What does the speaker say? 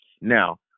Now